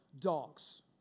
dogs